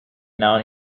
noun